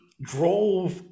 drove